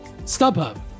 StubHub